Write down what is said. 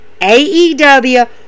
AEW